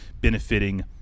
benefiting